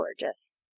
gorgeous